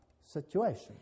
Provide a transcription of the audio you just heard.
situation